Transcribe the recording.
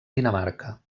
dinamarca